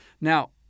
Now